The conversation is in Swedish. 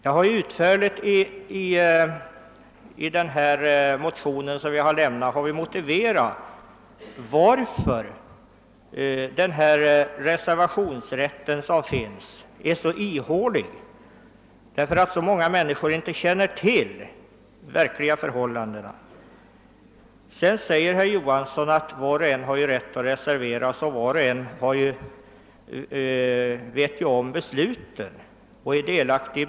Vi har i vår motion motiverat varför vi anser att den reservationsrätt som finns är så ihålig. Många människor känner inte till de verkliga förhållandena. Herr Johansson i Trollhättan sade att var och en känner till och är delaktig i besluten och att var och en har rätt att reservera sig.